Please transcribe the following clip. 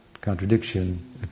contradiction